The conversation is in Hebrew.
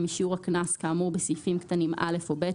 משיעור הקנס כאמור בסעיפים קטנים (א) או (ב),